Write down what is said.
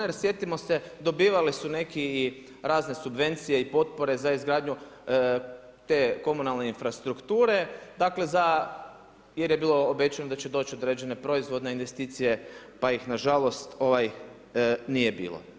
Jer sjetimo se, dobivali su neki i razne subvencije i potpore za izgradnju te komunalne infrastrukture, dakle, za, jer je bilo obećano da će doći određene proizvodne investicije pa ih nažalost nije bilo.